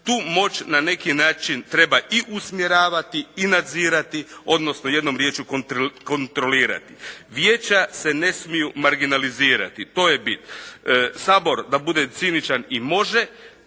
Tu moć na neki način treba usmjeravati i nadzirati odnosno jednom riječju kontrolirati, vijeća se ne smiju marginalizirati to je bit. Sabor da budem ciničan i može,